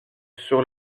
sur